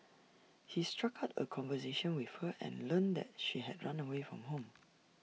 he struck up A conversation with her and learned that she had run away from home